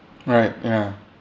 right ya